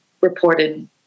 reported